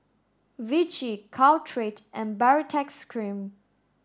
Vichy Caltrate and Baritex cream